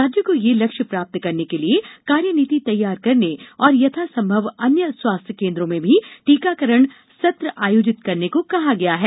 राज्यों को यह लक्ष्य प्राप्त करने के लिए कार्यनीति तैयार करने और यथासंभव अन्य स्वास्थ्य केन्द्रो में भी टीकाकरण सत्र आयोजित करने को कहा गया है